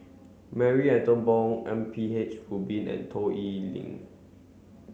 Marie Ethel Bong M P H Rubin and Toh Liying